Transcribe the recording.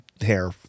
hair